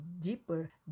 deeper